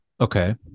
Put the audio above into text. Okay